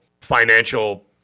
financial